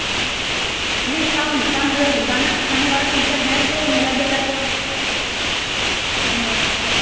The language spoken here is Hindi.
नहीं सॉन्ग सॉन्ग अगर गाना सिखाने वाला टीचर है तो मेरा बेटा थोड़ा